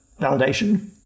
validation